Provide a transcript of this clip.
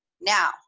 Now